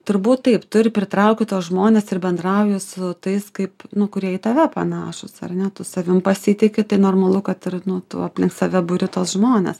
turbūt taip tu ir pritraukti tuos žmones ir bendrauji su tais kaip nu kurie į tave panašūs ar ne tu savim pasitiki tai normalu kad ir nu tu aplink save buri tuos žmones